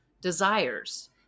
desires